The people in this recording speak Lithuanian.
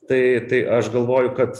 tai tai aš galvoju kad